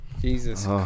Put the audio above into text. Jesus